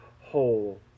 whole